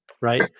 right